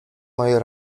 moje